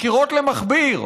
חקירות למכביר,